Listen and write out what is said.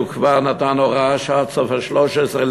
שהוא כבר נתן הוראה שעד סוף 2013,